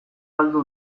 galdu